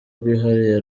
rwihariye